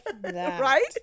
right